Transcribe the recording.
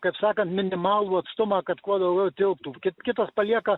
kaip sakant minimalų atstumą kad kuo daugiau tilptų kitas palieka